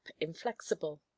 inflexible